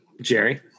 Jerry